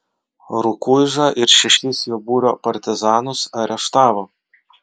rukuižą ir šešis jo būrio partizanus areštavo